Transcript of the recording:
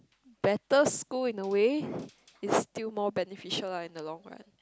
better school in a way is still more beneficial lah in the long run